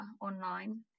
online